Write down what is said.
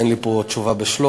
אין לי פה תשובה בשלוף,